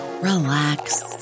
relax